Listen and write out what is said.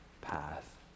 path